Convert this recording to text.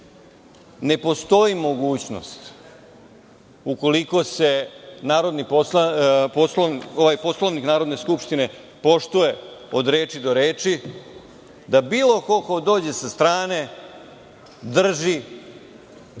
27.Ne postoji mogućnost, ukoliko se Poslovnik Narodne skupštine poštuje od reči do reči, da bilo ko dođe sa strane drži